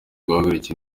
guhagarika